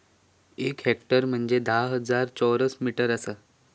एक हेक्टर म्हंजे धा हजार चौरस मीटर आसा